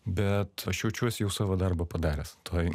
bet aš jaučiuosi jau savo darbą padaręs toj